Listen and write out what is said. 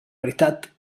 veritat